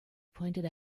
pointed